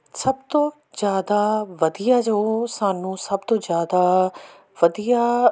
ਸਭ ਤੋਂ ਜ਼ਿਆਦਾ ਵਧੀਆ ਜੋ ਸਾਨੂੰ ਸਭ ਤੋਂ ਜ਼ਿਆਦਾ ਵਧੀਆ